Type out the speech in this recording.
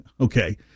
Okay